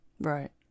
right